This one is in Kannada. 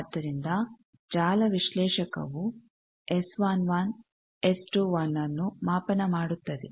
ಆದ್ದರಿಂದ ಜಾಲ ವಿಶ್ಲೇಷಕವು S11S21 ನ್ನು ಮಾಪನ ಮಾಡುತ್ತದೆ